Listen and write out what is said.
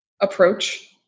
approach